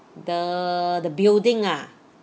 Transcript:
the the building ah